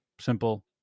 simple